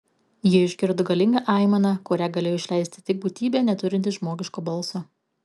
jie išgirdo galingą aimaną kurią galėjo išleisti tik būtybė neturinti žmogiško balso